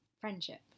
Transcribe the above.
friendship